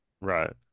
right